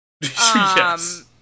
Yes